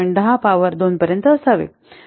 10 power 2 पर्यंत असावे